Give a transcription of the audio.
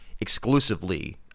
exclusively